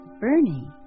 Bernie